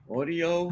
Audio